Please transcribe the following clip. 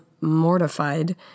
mortified